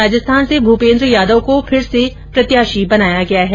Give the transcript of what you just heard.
राजस्थान से भूपेन्द्र यादव को फिर से प्रत्याशी बनाया गया है